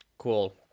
Cool